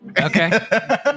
okay